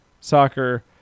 soccer